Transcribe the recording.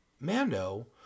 Mando